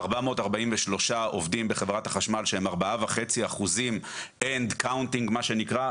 443 עובדים בחברת החשמל שהם 4.5% and counting מה שנקרא.